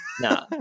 No